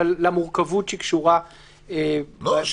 אבל למורכבות שקשורה --- לסמכות של האלוף.